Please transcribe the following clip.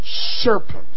Serpent